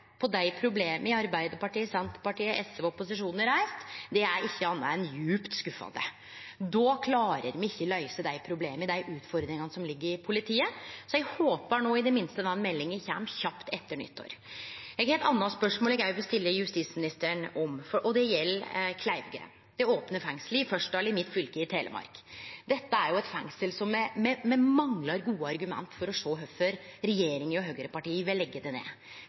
på dei problema Arbeidarpartiet, Senterpartiet, SV og opposisjonen har reist, er ikkje anna enn djupt skuffande. Då klarer me ikkje å løyse dei problema og dei utfordringane som er i politiet. Så eg håper no, i det minste, at den meldinga kjem kjapt etter nyttår. Eg har eit anna spørsmål eg òg vil stille justisministeren. Det gjeld Kleivgrend – det opne fengselet i Fyresdal, i mitt fylke Telemark. Me manglar gode argument for kvifor regjeringa og høgrepartia vil leggje ned